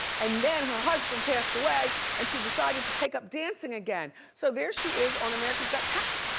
and then her husband passed away, and she decided to take up dancing again. so there she is on america's got talent.